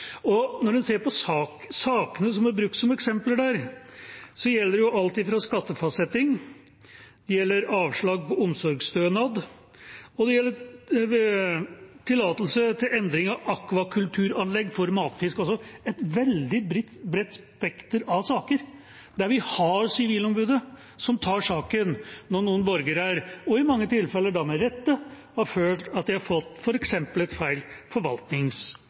Når en ser på sakene som er brukt som eksempler der, gjelder det alt fra skattefastsetting og avslag på omsorgsstønad til tillatelse til endring av akvakulturanlegg for matfisk. Det er altså et veldig bredt spekter av saker der vi har Sivilombudet som tar saken når noen borgere – i mange tilfeller med rette – har følt at de har fått f.eks. et feil